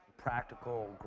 practical